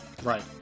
Right